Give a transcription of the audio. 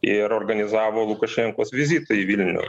ir organizavo lukašenkos vizitą į vilnių